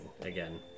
again